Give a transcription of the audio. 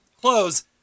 Close